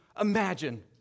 imagine